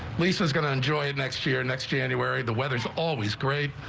lisa is going to enjoy it next year next january, the weather's always great.